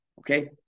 Okay